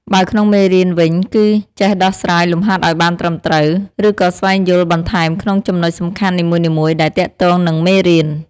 បើក្នុងមេរៀនវិញ គឺចេះដោះស្រាយលំហាត់ឲ្យបានត្រឹមត្រូវ ឬក៏ស្វែងយល់បន្ថែមក្នុងចំណុចសំខាន់នីមួយៗដែលទាក់ទងនឹងមេរៀន។